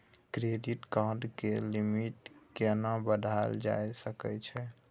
Credit card के limit केना बढायल जा सकै छै?